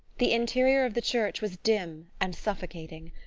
the interior of the church was dim and suffocating.